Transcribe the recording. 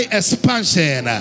expansion